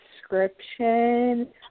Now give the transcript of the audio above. description